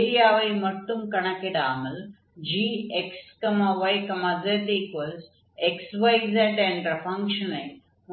ஏரியாவை மட்டும் கணக்கிடாமல் gxyzxyz என்ற ஃபங்ஷனை